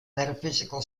metaphysical